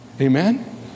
amen